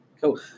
Cool